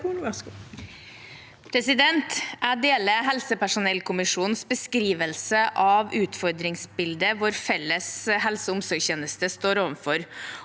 Jeg deler helse- personellkommisjonens beskrivelse av utfordringsbildet som vår felles helse- og omsorgstjeneste står overfor.